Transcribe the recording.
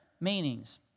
meanings